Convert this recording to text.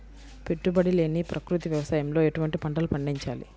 పెట్టుబడి లేని ప్రకృతి వ్యవసాయంలో ఎటువంటి పంటలు పండించాలి?